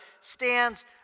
stands